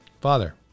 Father